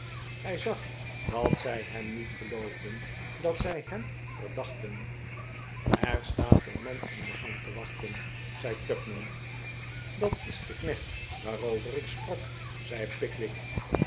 hij zag dat zij hem niet geloofden dat zij hem verdachten er staat een man in de gang te wachten zei tupman dat is de knecht waarover ik sprak zei pickwick